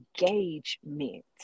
engagement